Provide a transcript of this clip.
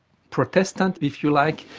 protestant if you like,